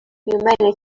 humanity